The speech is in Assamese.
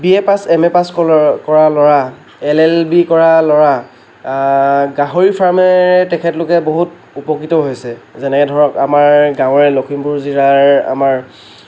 B A pass M A pass কৰা ল'ৰা এল এল বি কৰা ল'ৰা গাহৰি ফাৰ্মেৰে তেখেতেলোকে বহুত উপকৃত হৈছে যেনে ধৰক আমাৰ গাঁৱৰে লখিমপুৰ জিলাৰ আমাৰ